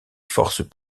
forces